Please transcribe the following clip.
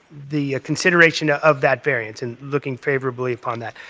the consideration of that variance and looking favorably upon that.